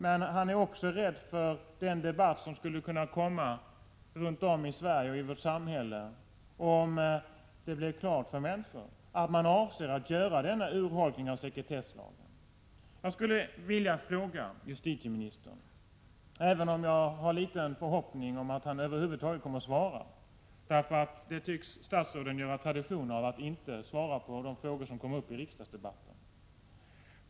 Men han är också rädd för den debatt som skulle kunna komma runt om i Sverige, om det blev klart för människor att man avser att göra denna urholkning av sekretesslagen. Jag skulle nu vilja ställa en fråga till justitieministern, även om jag har föga förhoppningar om att han kommer att svara — statsråden tycks göra en tradition av att inte svara på de frågor som kommer upp i riksdagsdebatter.